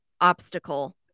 obstacle